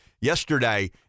yesterday